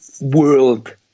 world